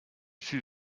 fut